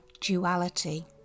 duality